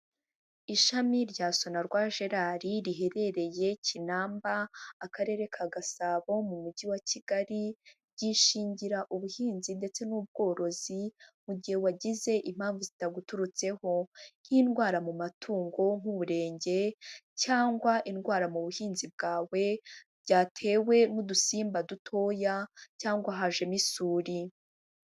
Ishami rya Sonarwa Gerard riherereye Kinamba, Akarere ka Gasabo mu Mujyi wa Kigali, ryishingira ubuhinzi ndetse n'ubworozi mu gihe wagize impamvu zitaguturutseho, nk'indwara mu matungo nk'uburenge cyangwa indwara mu buhinzi bwawe byatewe n'udusimba dutoya cyangwa hajemo isuri.